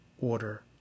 order